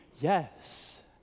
Yes